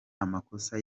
amakosa